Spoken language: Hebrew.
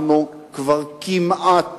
אנחנו כמעט